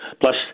Plus